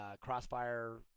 Crossfire